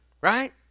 right